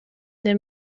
den